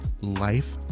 Life